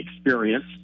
experience